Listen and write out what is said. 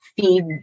feed